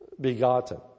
begotten